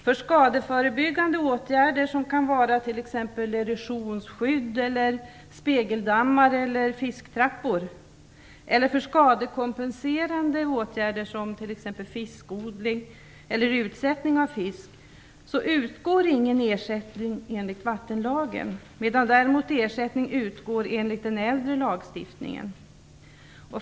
För skadeförebyggande åtgärder, som t.ex. erosionsskydd, spegeldammar eller fisktrappor, och för skadekompenserande åtgärder, som t.ex. fiskodling eller utsättning av fisk, utgår ingen ersättning enligt vattenlagen. Däremot utgår ersättning enligt den äldre lagstiftningen.